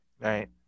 Right